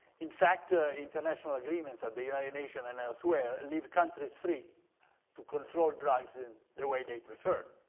in fact, ah international agreements of the united nations and elsewhere leave countries free to control drugs in the way they prefer.